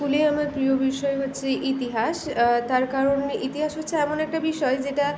স্কুলে আমার প্রিয় বিষয় হচ্ছে ইতিহাস তার কারণ ইতিহাস হচ্ছে এমন একটা বিষয় যেটা